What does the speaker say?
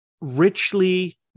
richly